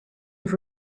have